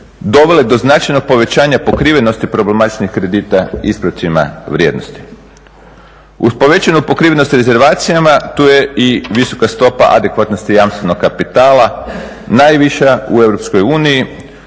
dovele do značajnog povećanja pokrivenosti problematičnih kredita ispravcima vrijednosti. Uz povećanu pokrivenost rezervacijama tu je i visoka stopa adekvatnosti jamstvenog kapitala najviša u